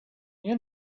you